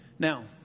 Now